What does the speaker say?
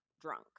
drunk